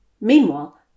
Meanwhile